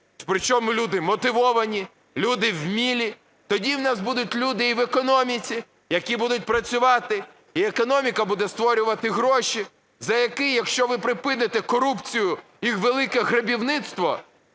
причому люди мотивовані, люди вмілі, тоді в нас будуть люди і в економіці, які будуть працювати, і економіка буде створювати гроші, за які, якщо ви припините корупцію і велике грабіжництво,